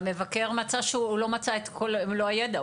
המבקר אמר שהוא לא מצא את מלוא הידע.